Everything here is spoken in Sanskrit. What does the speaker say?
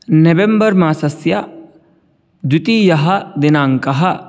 नेवेम्बर् मासस्य द्वितीयः दिनाङ्कः